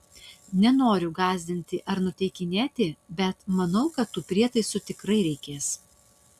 nenoriu gąsdinti ar nuteikinėti bet manau kad tų prietaisų tikrai reikės